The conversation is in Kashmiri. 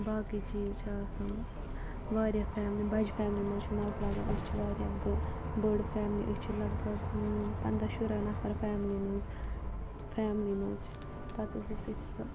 باقٕے چیٖز چھِ آسان واریاہ فیملی بَجہِ فیملی مَنٛز چھُ مَزٕ لَگان أسۍ چھِ واریاہ بٔڑ فیملی أسۍ چھِ لَگ بَگ پَندَہ شُرۍ نَفَر فیملی مَنٛز فیملی مَنٛز چھِ پَتہٕ ٲسۍ اسہِ اکیاہ یہِ